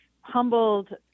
humbled